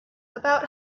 about